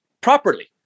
properly